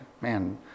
man